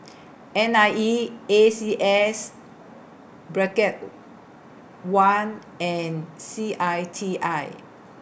N I E A C S bracket one and C I T I